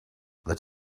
that